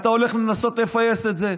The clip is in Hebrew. אתה הולך לנסות לפייס את זה.